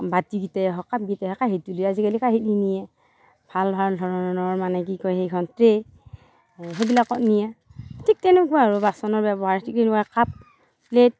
বাতি কিটাই হওক কাপ কিটাই হওক কাঁহিত তুলি আজিকালি কাঁহিত নিনিয়ে ভাল ভাল ধৰণৰ মানে কি কয় সেইখন ট্ৰে সেইবিলাকত নিয়ে ঠিক তেনেকুৱা আৰু বাচনৰ ব্যৱহাৰ ঠিক তেনেকুৱা কাপ প্লেট